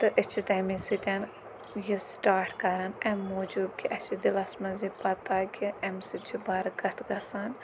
تہٕ أسۍ چھِ تَمے سۭتۍ یہِ سٹاٹ کَران اَمہِ موٗجوٗب کہِ اَسہِ چھِ دِلَس منٛز یہِ پَتہ کہِ اَمہِ سۭتۍ چھ برکَت گژھان